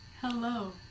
Hello